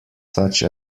such